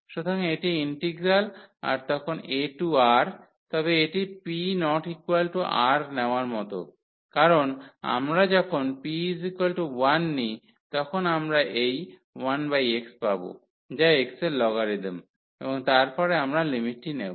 সুতরাং এটি ইন্টিগ্রাল আর তখন a টু R তবে এটি p≠ 1 নেওয়ার মতো কারণ আমরা যখন p1 নিই তখন আমরা এই 1x পাব যা x এর লগারিদম এবং তারপরে আমরা লিমিটটি নেব